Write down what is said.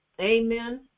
amen